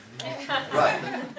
Right